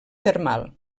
termal